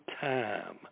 time